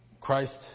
Christ